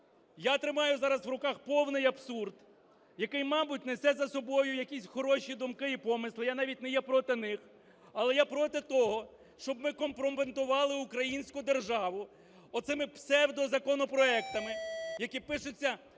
я тримаю зараз в руках повний абсурд, який, мабуть, несе за собою якісь хороші думки і помисли, я навіть не є проти них. Але я проти того, щоб ми компрометували українську державу оцими псевдозаконопроектами, які пишуться